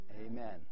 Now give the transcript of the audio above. Amen